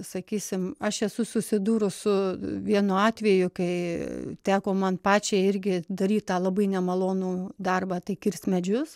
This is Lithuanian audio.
sakysim aš esu susidūrus su vienu atveju kai teko man pačiai irgi daryt tą labai nemalonų darbą tai kirst medžius